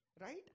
right